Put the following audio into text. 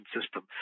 system